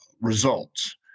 results